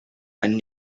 and